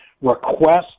request